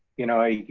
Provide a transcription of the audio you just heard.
you know,